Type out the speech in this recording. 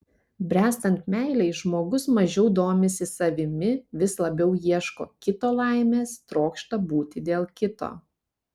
bręstant meilei žmogus mažiau domisi savimi vis labiau ieško kito laimės trokšta būti dėl kito